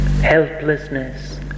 Helplessness